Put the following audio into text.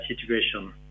situation